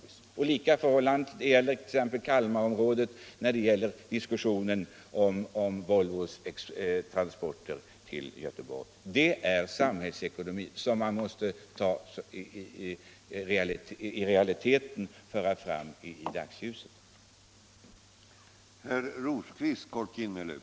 Detsamma gäller förhållandena i Kalmarområdet i fråga om Volvos transporter till Göteborg. Det är sådana realiteter som måste tas fram i dagsljuset, när vi talar om samhällsekonomi.